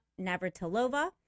Navratilova